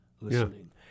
listening